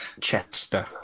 Chester